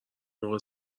موقع